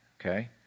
Okay